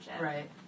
Right